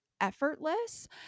effortless